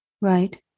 Right